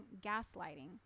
gaslighting